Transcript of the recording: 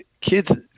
Kids